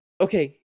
Okay